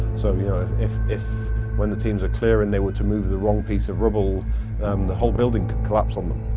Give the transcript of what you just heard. so you know if if when the teams are clearing, they were to move the wrong piece of rubble um the whole building could collapse on them.